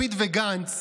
לפיד וגנץ